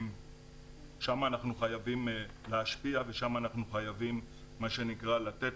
שם אנחנו חייבים להשפיע ושם אנחנו חייבים מה שנקרא לתת